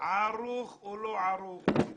ערוכים או לא ערוכים?